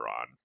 on